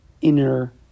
inner